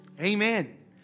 Amen